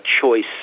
choice